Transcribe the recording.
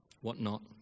whatnot